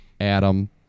Adam